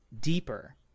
deeper